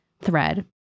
thread